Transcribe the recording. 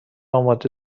آماده